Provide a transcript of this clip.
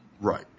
Right